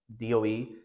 DOE